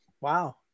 Wow